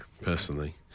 personally